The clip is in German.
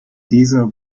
dieser